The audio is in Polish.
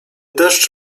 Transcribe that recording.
deszcz